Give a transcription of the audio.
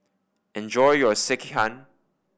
enjoy your Sekihan